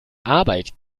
arbeit